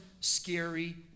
scary